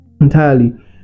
entirely